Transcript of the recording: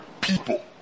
people